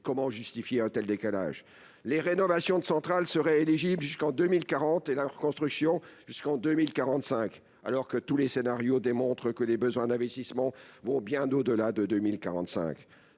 comment justifier un tel décalage ? Les rénovations de centrales seraient éligibles jusqu'en 2040 et leur construction jusqu'en 2045, alors que tous les scénarios démontrent que les besoins d'investissement vont bien au-delà de 2045.